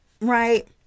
right